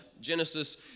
Genesis